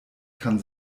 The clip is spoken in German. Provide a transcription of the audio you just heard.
kann